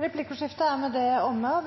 Replikkordskiftet er omme. Da